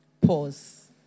pause